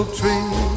tree